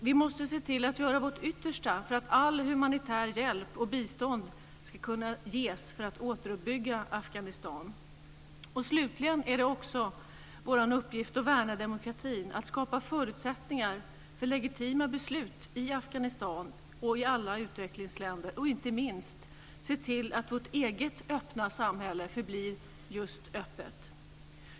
Vi måste göra vårt yttersta för att all humanitär hjälp och allt bistånd ska kunna ges för att återuppbygga Afghanistan. Slutligen är det också vår uppgift att värna demokratin, att skapa förutsättningar för legitima beslut i Afghanistan och i alla utvecklingsländer, och vi måste inte minst se till att vårt öppna samhälle förblir just öppet.